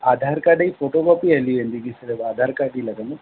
Aadhaar card जी photocopy हली वेंदी की सिर्फ़ु आधार काड ई लॻंदो